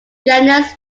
genus